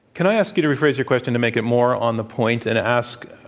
can i ask you to rephrase your question to make it more on the point and ask